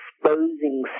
exposing